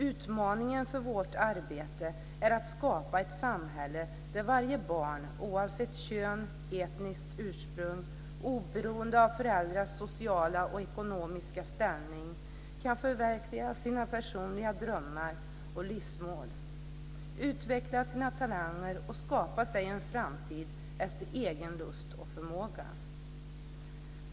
Utmaningen för vårt arbete är att skapa ett samhälle där varje barn, oavsett kön eller etniskt ursprung, oberoende av föräldrars sociala eller ekonomiska ställning, kan förverkliga sina personliga drömmar och livsmål, utveckla sina talanger och skapa sig en framtid efter sin egen lust och förmåga.